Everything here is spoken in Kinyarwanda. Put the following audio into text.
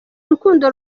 urukundo